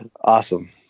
Awesome